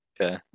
Okay